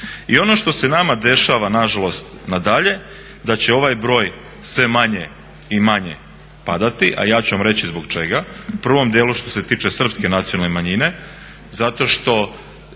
I ono što se nama dešava nažalost na dalje da će ovaj broj sve manje i manje padati a ja ću vam reći zbog čega, u prvom dijelu što se tiče Srpske nacionalne manjine zato što